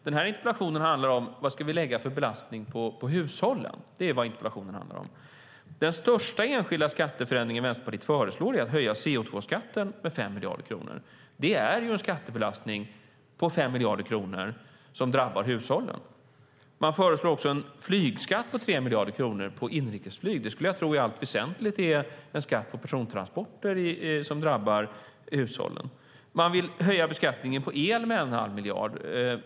Den här interpellationen handlar om vilken belastning vi ska lägga på hushållen. Det är vad interpellationen handlar om. Den största enskilda skatteförändringen Vänsterpartiet föreslår är att höja CO2-skatten med 5 miljarder kronor. Det är ju en skattebelastning på 5 miljarder kronor som drabbar hushållen. Man föreslår också en flygskatt på 3 miljarder kronor på inrikesflyg. Det skulle jag tro i allt väsentligt är en skatt på persontransporter, som drabbar hushållen. Man vill höja beskattningen på el med 1⁄2 miljard.